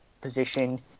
position